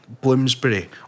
Bloomsbury